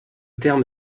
terme